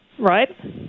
Right